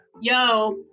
Yo